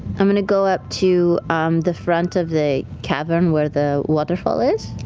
i'm going to go up to um the front of the cavern where the waterfall is.